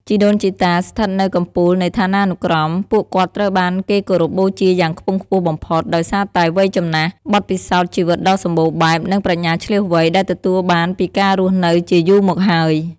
ជីដូនជីតា ស្ថិតនៅកំពូលនៃឋានានុក្រម ពួកគាត់ត្រូវបានគេគោរពបូជាយ៉ាងខ្ពង់ខ្ពស់បំផុត ដោយសារតែ វ័យចំណាស់ បទពិសោធន៍ជីវិតដ៏សម្បូរបែប និងប្រាជ្ញាឈ្លាសវៃ ដែលទទួលបានពីការរស់នៅជាយូរមកហើយ។